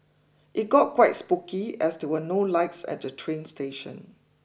it got quite spooky as there were no lights at the train station